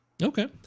Okay